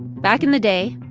back in the day